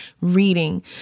reading